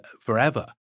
forever